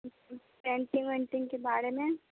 painting ओइंटिंगके बारेमे